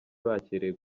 bakereye